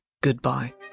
goodbye